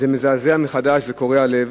זה מזעזע כל פעם מחדש, זה קורע לב,